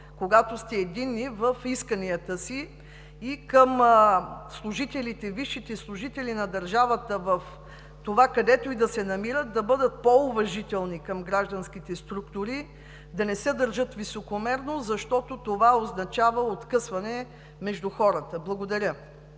когато сте единни в исканията си. А към висшите служители на държавата, където и да се намират те – да бъдат по-уважителни към гражданските структури, да не се държат високомерно, защото това означава откъсване от хората. Благодаря.